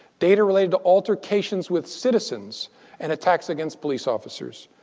data related to altercations with citizens and attacks against police officers.